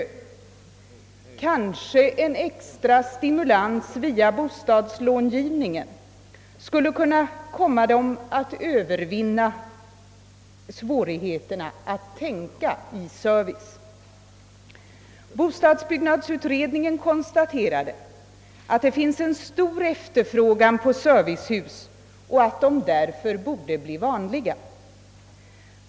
Kanske skulle en extra stimulans via bostadslångivningen kunna få dem att övervinna svårigheten att tänka i service. Bostadsbyggnadsutredningen konstaterade att det finns en stor efterfrågan på servicehus och att sådana därför borde bli vanliga.